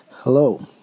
Hello